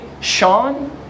Sean